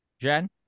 Jen